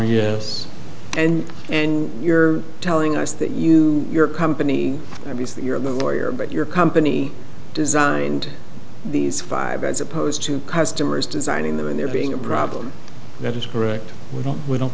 or yes and you're telling us that you your company you're the lawyer but your company designed these five as opposed to customers designing them and there being a problem that is correct we don't we don't